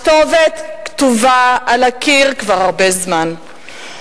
הכתובת כתובה על הקיר כבר הרבה זמן,